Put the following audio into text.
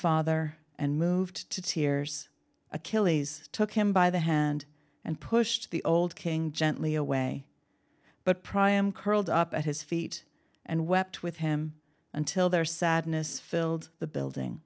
father and moved to tears achilles took him by the hand and pushed the old king gently away but priam curled up at his feet and wept with him until their sadness filled the building